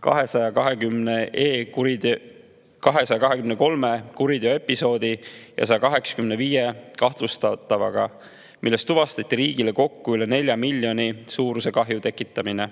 223 kuriteoepisoodi ja 185 kahtlustatavaga. Neis tuvastati kokku üle 4 miljoni suuruse kahju tekitamine